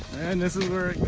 and this is where